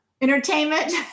entertainment